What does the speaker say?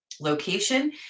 location